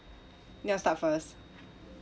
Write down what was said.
you want start first